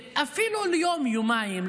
אפילו ליום-יומיים,